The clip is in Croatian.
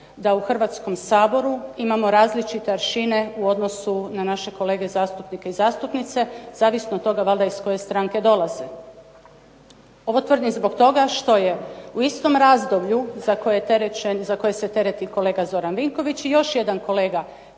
da u Hrvatskom saboru imamo različite aršine u odnosu na naše kolege zastupnike i zastupnice, zavisno od toga valjda iz koje stranke dolaze. Ovo tvrdim zbog toga što je u istom razdoblju za koje se tereti kolega Zoran Vinković još jedan kolega